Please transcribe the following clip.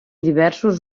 diversos